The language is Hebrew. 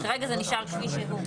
שכרגע זה נשאר כפי שהוא.